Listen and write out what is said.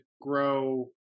grow